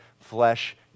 flesh